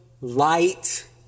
light